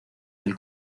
del